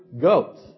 goats